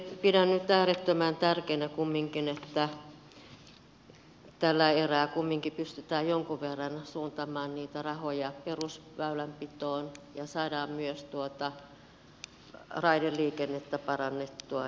pidän nyt äärettömän tärkeänä kumminkin että tällä erää pystytään jonkun verran suuntaamaan niitä rahoja perusväylänpitoon ja saadaan myös raideliikennettä parannettua